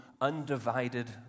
undivided